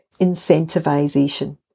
incentivization